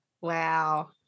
Wow